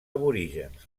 aborígens